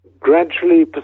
gradually